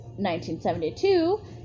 1972